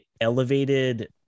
elevated